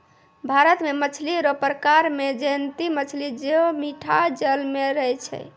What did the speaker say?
भारत मे मछली रो प्रकार मे जयंती मछली जे मीठा जल मे रहै छै